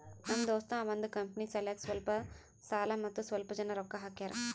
ನಮ್ ದೋಸ್ತ ಅವಂದ್ ಕಂಪನಿ ಸಲ್ಯಾಕ್ ಸ್ವಲ್ಪ ಸಾಲ ಮತ್ತ ಸ್ವಲ್ಪ್ ಜನ ರೊಕ್ಕಾ ಹಾಕ್ಯಾರ್